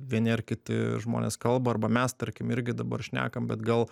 vieni ar kiti žmonės kalba arba mes tarkim irgi dabar šnekam bet gal